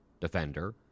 defender